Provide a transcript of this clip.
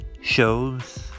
shows